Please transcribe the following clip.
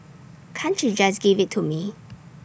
can't you just give IT to me